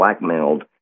blackmailed